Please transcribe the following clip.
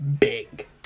Big